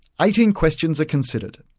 eighteen questions are considered,